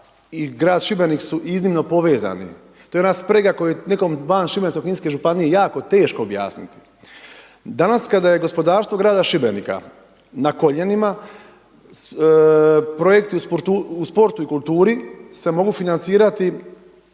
i grad Šibenik su iznimno povezani. To je ona sprega koju je nekom van Šibensko-kninske županije jako teško objasniti. Danas kada je gospodarstvo grada Šibenika na koljenima, projekti u sportu i kulturi se mogu financirati